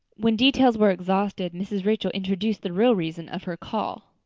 when details were exhausted mrs. rachel introduced the real reason of her call.